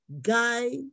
guy